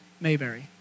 Mayberry